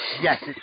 Yes